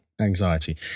anxiety